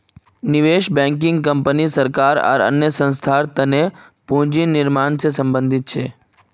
निवेश banking company सरकार आर अन्य संस्थार तने पूंजी निर्माण से संबंधित छे